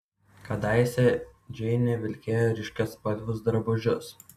kadaise džeinė vilkėjo ryškiaspalvius drabužius